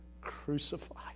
crucified